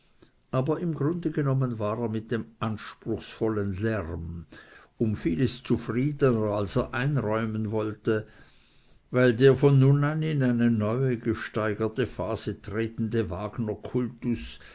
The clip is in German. aber im grunde genommen war er mit dem anspruchsvollen lärm um vieles zufriedener als er einräumen wollte weil der von nun an in eine neue gesteigerte phase tretende wagner kultus